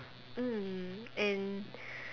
mm and